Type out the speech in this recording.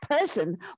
person